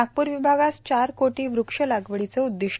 नागपूर विभागास चार कोटी वृक्ष लागवडीचं उद्दीष्ट